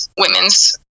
women's